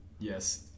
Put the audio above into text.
Yes